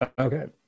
okay